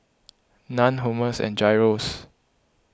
Naan Hummus and Gyros